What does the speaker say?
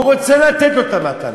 והוא רוצה לתת לו את המתנה.